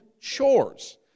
chores